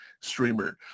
streamer